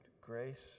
grace